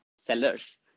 sellers